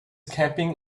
camping